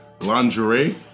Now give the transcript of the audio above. lingerie